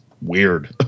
weird